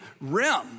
rim